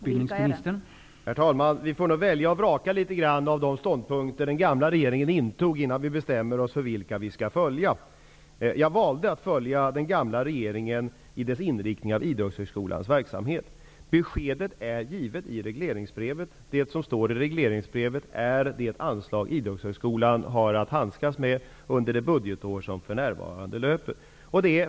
Herr talman! Vi får nog välja och vraka litet grand bland de ståndpunkter som den förra regeringen intog innan vi bestämmer oss för vilka vi skall följa. Jag valde att följa den förra regeringens inriktning när det gäller Idrottshögskolans verksamhet. Beskedet är givet i regleringsbrevet. Det som står i regleringsbrevet är det anslag som Idrottshögskolan har att handskas med under det budgetår som för närvarande löper.